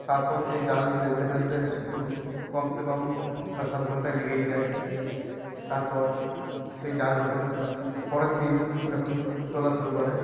তারপর সেই জাল ফেলতে ফেলতে খুব কমস কম ছয় সাত ঘন্টায় লেগেই যায় তারপর সেই জাল যখন পরের দিন যখন তোলা শুরু করে